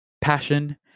passion